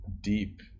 deep